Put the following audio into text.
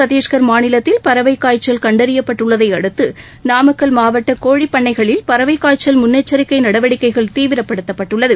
சத்தீஸ்கர் மாநிலத்தில் பறவைக் காய்ச்சல் கண்டறியப்பட்டுள்ளதை அடுத்து நாமக்கல் மாவட்ட கோழிப் பண்ணைகளில பறவைக் காய்ச்சல் முன்னெச்சரிக்கை நடவடிக்கைகள் தீவிரப்படுத்தப்பட்டுள்ளது